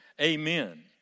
amen